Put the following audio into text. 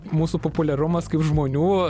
mūsų populiarumas kaip žmonių